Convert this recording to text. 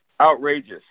outrageous